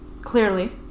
Clearly